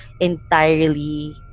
entirely